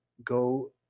go